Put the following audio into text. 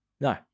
No